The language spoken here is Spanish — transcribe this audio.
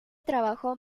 trabajo